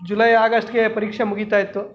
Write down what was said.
July ಆಗಸ್ಟ್ಗೆ ಪರೀಕ್ಷೆ ಮುಗಿತಾಯಿತ್ತು